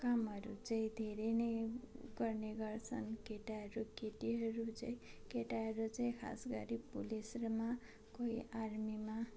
कामहरू चाहिँ धेरै नै गर्ने गर्छन् केटाहरू केटीहरू चाहिँ केटाहरू चाहिँ खास गरी पुलिसहरूमा कोही आर्मीमा